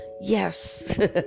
Yes